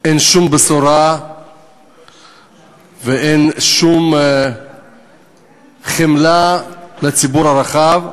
אין שום בשורה ואין שום חמלה לציבור הרחב,